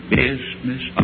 business